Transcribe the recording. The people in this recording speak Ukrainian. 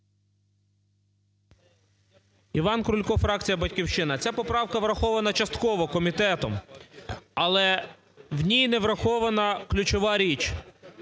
Іван Крулько, фракція "Батьківщина". Ця поправка врахована частково комітетом, але в ній не врахована ключова річ.